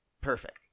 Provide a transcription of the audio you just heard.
Perfect